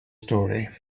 story